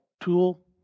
tool